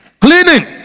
cleaning